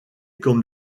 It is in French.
comme